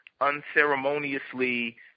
unceremoniously